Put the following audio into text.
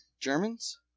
Germans